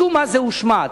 משום מה, זה הושמט.